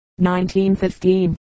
1915